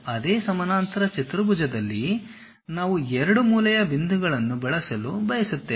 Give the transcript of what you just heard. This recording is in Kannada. ಅದೇ ಸಮಾನಾಂತರ ಚತುರ್ಭುಜದಲ್ಲಿ ನಾವು 2 ಮೂಲೆಯ ಬಿಂದುಗಳನ್ನು ಬಳಸಲು ಬಯಸುತ್ತೇವೆ